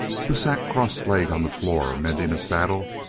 who sat cross-legged on the floor mending a saddle,